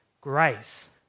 grace